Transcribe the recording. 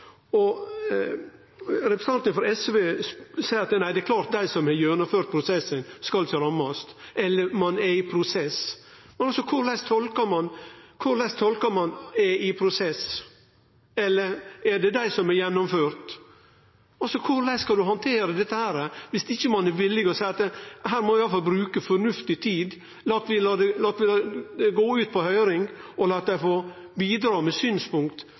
plass. Representanten frå SV seier at nei, det er klart at dei som har gjennomført prosessen eller er i prosess, ikkje skal rammast. Altså, korleis tolkar ein «er i prosess», eller er det dei som har gjennomført? Korleis skal ein handtere dette viss ein ikkje er villig til å seie at her må vi i alle fall bruke fornuftig tid, eller at vi lèt det gå ut på høyring og lèt dei få bidra med synspunkt,